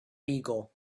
beagle